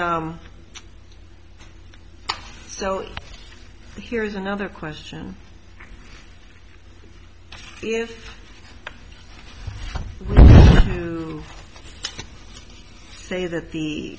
yes so here's another question if to say that the